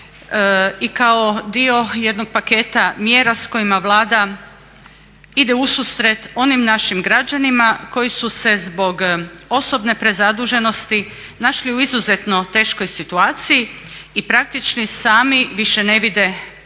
i kao dio jednog paketa mjera s kojima Vlada ide u susret onim našim građanima koji su se zbog osobne prezaduženosti našli u izuzetno teškoj situaciji i praktički sami više ne vide izlaz